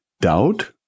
doubt